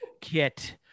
kit